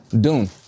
Dune